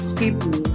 people